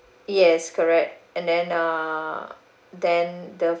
yes correct and then uh then the